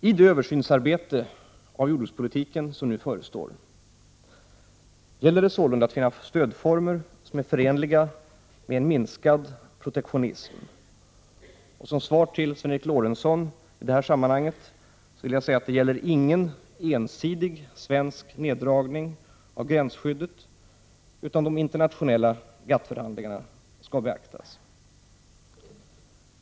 I det nu förestående arbetet med en översyn av jordbrukspolitiken gäller sålunda att finna stödformer som är förenliga med en minskad protektionism. Som svar till Sven Eric Lorentzon vill jag i detta sammanhang säga att det inte är fråga om någon ensidig svensk neddragning av gränsskyddet, utan de internationella GATT-förhandlingarna skall beaktas.